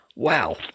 wow